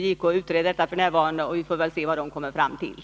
JK utreder detta f. n., och vi får se vad man kommer fram till.